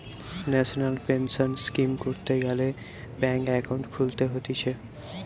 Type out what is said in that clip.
national pension scheme করতে গ্যালে bank account খুলতে হতিছে